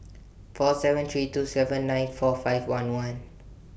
four seven three two seven nine four five one one